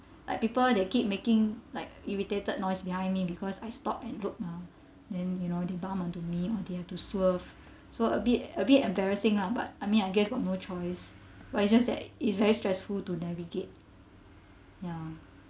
like people they keep making like irritated noise behind me because I stopped and looked mah then you know the bumped onto me or they have to swerve so a bit a bit embarrassing lah but I mean I guess got no choice [what] it's just that it's very stressful to navigate ya